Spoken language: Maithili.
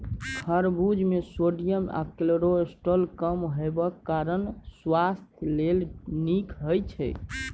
खरबुज मे सोडियम आ कोलेस्ट्रॉल कम हेबाक कारणेँ सुआस्थ लेल नीक होइ छै